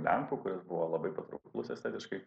lenkų kuris buvo labai patrauklus estetiškai